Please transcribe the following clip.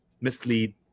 mislead